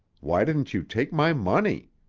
why didn't you take my money?